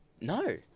No